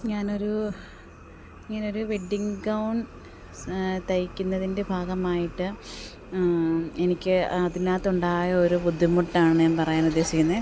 ഞാനൊരു ഇങ്ങനെയൊരു wedding gown തയ്ക്കുന്നതിന്റെ ഭാഗമായിട്ട് എനിക്ക് അതിനകത്തുണ്ടായ ഒരു ബുദ്ധിമുട്ടാണ് ഞാന് പറയാന് ഉദ്ദേശിക്കുന്നത്